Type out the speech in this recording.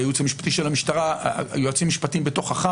היועצים המשפטיים בתוך אח"מ